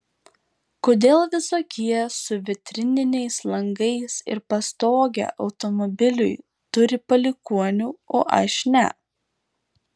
kodėl visokie su vitrininiais langais ir pastoge automobiliui turi palikuonių o aš ne